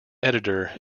editor